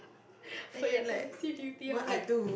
for your I_C duty I'm like